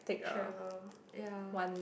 travel ya